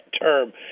term